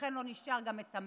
ולכן לא נשאר גם המעט